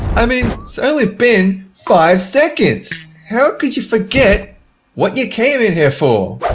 i mean, it's only been five seconds how could you forget what you came in here for?